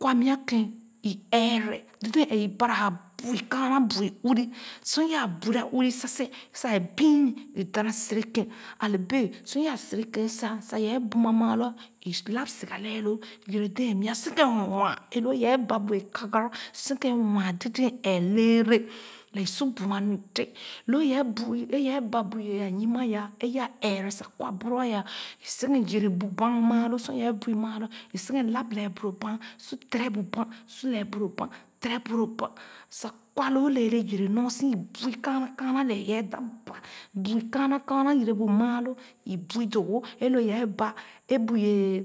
kwa nya kèn i ɛɛrɛ dèdèn ẹɛn i para bui kaana bui uun sor yaa bui uur sa sèn sa ee dana sere kèn a le bee sor yaa serekèn sa sa yaa buma maa lo i lop siga lɛɛ loo yɛrɛ dee nya sen-kèn nwaa dèdèn ɛeh lɛɛ le lɛɛ i su buma nu i de lo iyɛ bui loo ye ba bu ye a yim a ya ee ya ɛɛrɛ sa kwa boro i sén kèn yɛrɛ bu bann maa loō sor yeh bui maa lo i sèn kèn lap lɛɛ bu loo bann su tere bu bann su lɛɛ bu lo tere bu lu bann sa kwa loo leele yɛrɛ nɔr su i bui kaana kaana lèè yeh dap ba bui kaana kaana yɛrɛ bu maa lò o bui doo-wo ee lo yeh ba ee bu ye